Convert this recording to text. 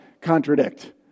contradict